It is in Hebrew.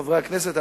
חברי הכנסת,